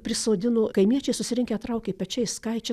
prisodino kaimiečiai susirinkę traukė pečiais ką ji čia